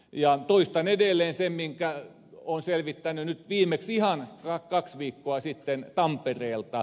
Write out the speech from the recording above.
ja toistan edelleen sen minkä olen selvittänyt viimeksi ihan kaksi viikkoa sitten tampereelta